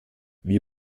wir